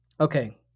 okay